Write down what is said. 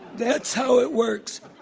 that's how it works.